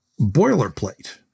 boilerplate